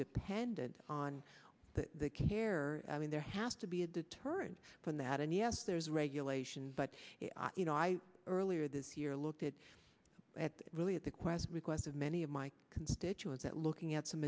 dependent on the care i mean there has to be a deterrent from that and yes there's regulations but you know i earlier this year looked at it really at the question request of many of my constituents that looking at some